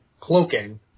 cloaking